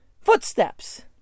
footsteps